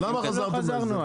למה חזרתם לזה?